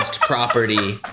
property